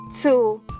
two